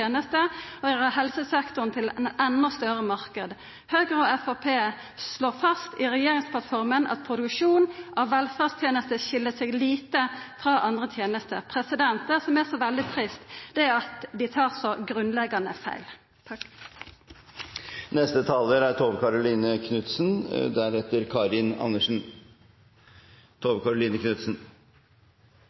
ein endå større marknad. Høgre og Framstegspartiet slår fast i regjeringsplattforma at produksjon av velferdstenester skil seg lite frå andre tenester. Det som er så veldig trist, er at dei tar så grunnleggjande feil.